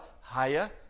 higher